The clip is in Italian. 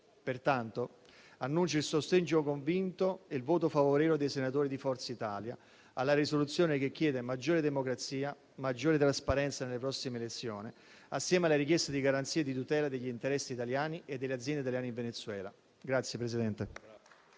Pertanto annuncio il sostegno convinto e il voto favorevole dei senatori di Forza Italia alla risoluzione che chiede maggiore democrazia e maggiore trasparenza nelle prossime elezioni, assieme alla richiesta di garanzie di tutela degli interessi italiani e delle aziende italiane in Venezuela.